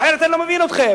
אחרת אני לא מבין אתכם,